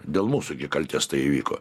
dėl mūsų kaltės tai įvyko